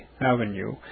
Avenue